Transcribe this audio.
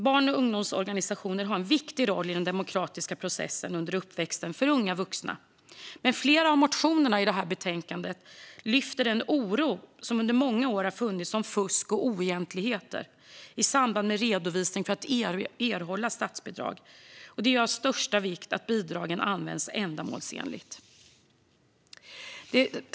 Barn och ungdomsorganisationer har en viktig roll i den demokratiska processen under uppväxten och för unga vuxna. Men flera av motionerna i detta betänkande lyfter fram den oro som under många år har funnits om fusk och oegentligheter i samband med redovisning för att erhålla statsbidrag. Det är av största vikt att bidragen används ändamålsenligt.